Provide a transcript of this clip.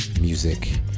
music